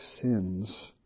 sins